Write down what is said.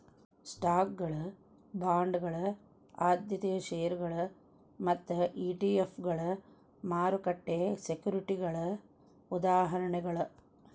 ಸ್ಟಾಕ್ಗಳ ಬಾಂಡ್ಗಳ ಆದ್ಯತೆಯ ಷೇರುಗಳ ಮತ್ತ ಇ.ಟಿ.ಎಫ್ಗಳ ಮಾರುಕಟ್ಟೆ ಸೆಕ್ಯುರಿಟಿಗಳ ಉದಾಹರಣೆಗಳ